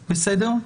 שלכם.